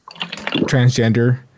Transgender